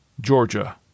Georgia